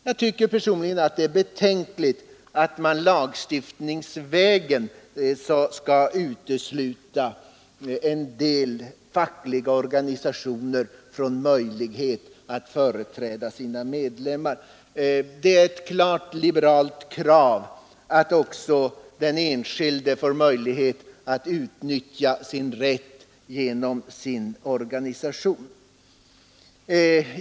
Jag tycker personligen det är betänkligt att man lagstiftningsvägen skall utesluta en del fackliga organisationer från möjlighet att företräda sina medlemmar. Det är ett klart liberalt krav att också den enskilde får möjlighet att utnyttja sin rätt genom sin organisation.